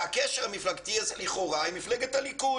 הקשר המפלגתי הזה הוא לכאורה מפלגת הליכוד.